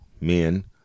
Men